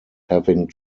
having